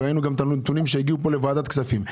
וראינו גם את הנתונים שהגיעו לוועדת הכספים.